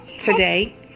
today